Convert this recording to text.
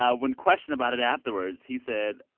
ah when questioned about it afterwards, he said,